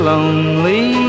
Lonely